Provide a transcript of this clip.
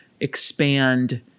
expand